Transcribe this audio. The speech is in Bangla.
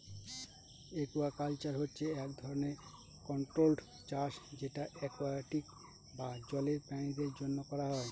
একুয়াকালচার হচ্ছে এক ধরনের কন্ট্রোল্ড চাষ যেটা একুয়াটিক বা জলের প্রাণীদের জন্য করা হয়